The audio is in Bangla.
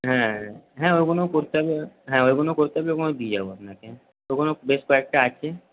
হ্যাঁ হ্যাঁ ওগুলোও করতে পারেন হ্যাঁ দিয়ে যাবো আপনাকে ওগুলো এখনও বেশ কয়েকটা আছে